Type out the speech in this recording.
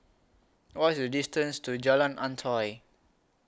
What IS The distance to Jalan Antoi